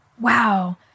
wow